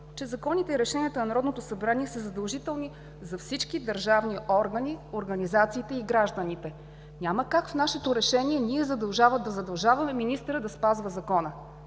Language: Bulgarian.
че законите и решенията на Народното събрание са задължителни за всички държавни органи, организациите и гражданите. Няма как в нашето решение ние да задължаваме министъра да спазва Закона.